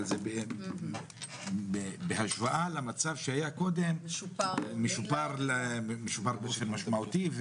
אבל בהשוואה למצב שהיה קודם זה משופר באופן משמעותי.